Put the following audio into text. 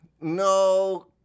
No